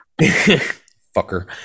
Fucker